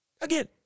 again